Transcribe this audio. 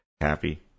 happy